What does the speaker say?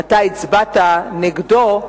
אתה הצבעת נגדו,